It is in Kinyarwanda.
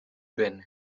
benin